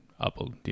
Apple